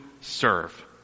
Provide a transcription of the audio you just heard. serve